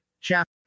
Chapter